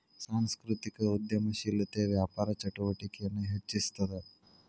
ಸಾಂಸ್ಕೃತಿಕ ಉದ್ಯಮಶೇಲತೆ ವ್ಯಾಪಾರ ಚಟುವಟಿಕೆನ ಹೆಚ್ಚಿಸ್ತದ